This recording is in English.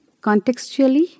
contextually